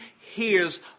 hears